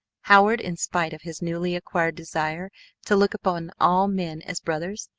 howard, in spite of his newly-acquired desire to look upon all men as brothers,